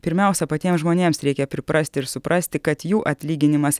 pirmiausia patiems žmonėms reikia priprasti ir suprasti kad jų atlyginimas